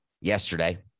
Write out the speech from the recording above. yesterday